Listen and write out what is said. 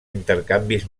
intercanvis